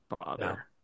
bother